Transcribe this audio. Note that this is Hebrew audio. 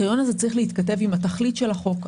הוא צריך להתכתב עם התכלית של החוק.